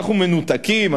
אנחנו מנותקים,